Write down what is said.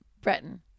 Breton